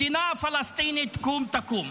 מדינה פלסטינית קום תקום.